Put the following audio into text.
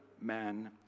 man